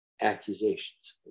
accusations